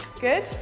Good